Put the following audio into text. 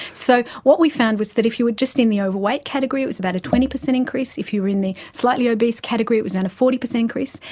so what we found was that if you were just in the overweight category it was about a twenty percent increase, if you were in the slightly obese category it was around a forty percent increase,